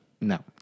no